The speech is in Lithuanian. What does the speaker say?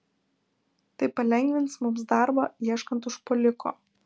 tai palengvins mums darbą ieškant užpuoliko